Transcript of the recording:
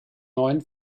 neuen